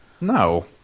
No